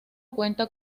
cuenta